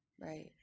Right